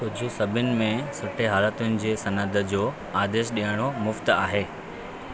कुझु सूबनि में सुठे हालतुनि जे सनद जो आदेशु ॾियणु मुफ़्तु आहे